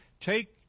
Take